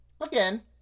again